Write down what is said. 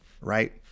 right